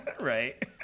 Right